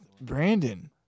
Brandon